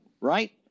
right